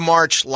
March